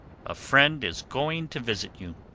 a friend is going to visit you.